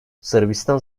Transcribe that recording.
sırbistan